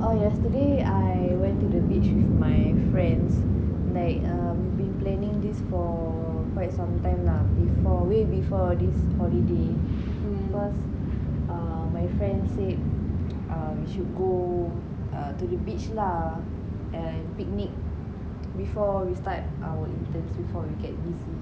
oh yesterday I went to the beach with my friends like um they have been planning this for quite some time lah before way before this holiday cause uh my friend said uh we should go err to the beach lah and picnic before we start our intern before we get busy